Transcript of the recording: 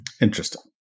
Interesting